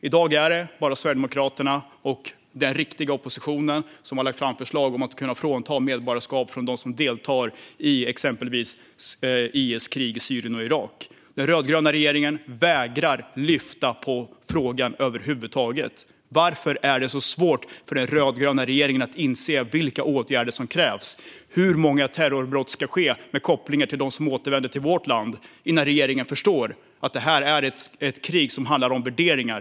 I dag är det bara Sverigedemokraterna och den riktiga oppositionen som har lagt fram förslag om att kunna frånta medborgarskapet från dem som deltagit i exempelvis IS-krig i Syrien och Irak. Den rödgröna regeringen vägrar att lyfta frågan över huvud taget. Varför är det så svårt för den rödgröna regeringen att inse vilka åtgärder som krävs? Hur många terrorbrott ska ske som har koppling till dem som återvänder till vårt land innan regeringen förstår att detta är ett krig som handlar om värderingar?